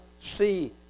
see